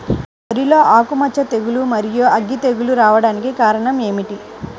వరిలో ఆకుమచ్చ తెగులు, మరియు అగ్గి తెగులు రావడానికి కారణం ఏమిటి?